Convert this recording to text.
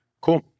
Cool